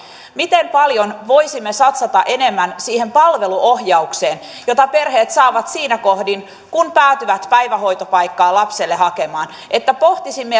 miten paljon voisimme satsata enemmän siihen palveluohjaukseen jota perheet saavat siinä kohdin kun päätyvät päivähoitopaikkaa lapselle hakemaan että pohtisimme